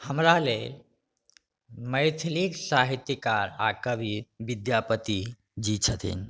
हमरा लेल मैथिलिके साहित्यकार आ कवि विद्यापति जी छथिन